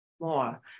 more